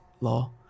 Law